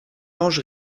ange